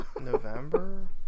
November